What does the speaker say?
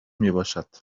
میباشد